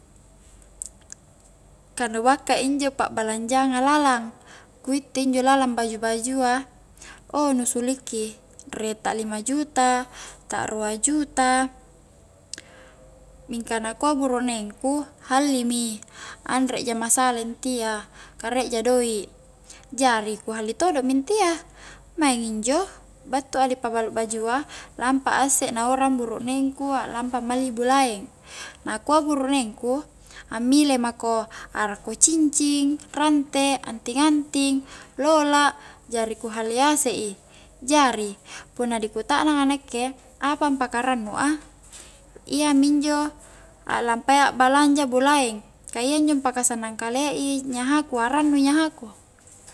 ka nu bakka injo pa'balanjanga lalang ku utte injo lalang baju-bajua ou nu sulikki riek ta lima juta, ta rua juta mingka nakua burukneng ku halli mi anre ja masalah intia ka riek ja doik jari ku halli todo' mi intia, maing injo battu a di pabalu bajua lampa a isse na urang buruknengku alampa malli bulaeng nakua burukneng ku ammile mako, arakko cincing, rante anting-anting, lola' jari ku halli asek i jari punna ri kutaknang a nakke apa angpaka rannu a iyaminjo a'lampa iya balanja bulaeng, ka iyanjo ampaka sannang kalia nyahaku arannu i nyahaku